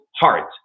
heart